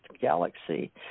Galaxy